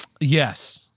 Yes